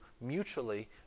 mutually